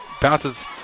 bounces